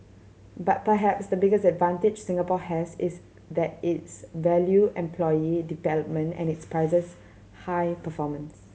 but perhaps the biggest advantage Singapore has is that it's value employee development and it prizes high performance